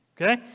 okay